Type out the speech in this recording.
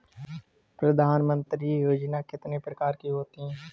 प्रधानमंत्री योजना कितने प्रकार की होती है?